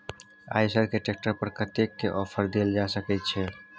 आयसर के ट्रैक्टर पर कतेक के ऑफर देल जा सकेत छै?